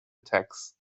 attacks